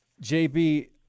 JB